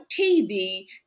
TV